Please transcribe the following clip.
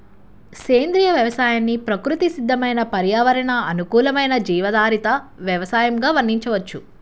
సేంద్రియ వ్యవసాయాన్ని ప్రకృతి సిద్దమైన పర్యావరణ అనుకూలమైన జీవాధారిత వ్యవసయంగా వర్ణించవచ్చు